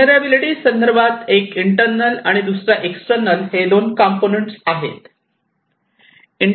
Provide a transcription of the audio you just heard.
vulnerability संदर्भात एक internal आणि दुसरा एक्स्टर्नल हे दोन इम्पॉर्टंट कंपोनेंट आहेत